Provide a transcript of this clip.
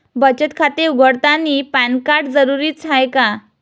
बचत खाते उघडतानी पॅन कार्ड जरुरीच हाय का?